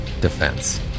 defense